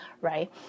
right